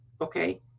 Okay